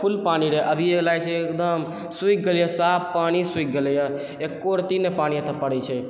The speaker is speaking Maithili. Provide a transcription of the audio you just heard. फुल पानी रहै अभी लागै छै एकदम सुखि गेलैए साफ पानी सुखि गेलैए एकोरत्ती नहि पानी एतऽ पड़ै छै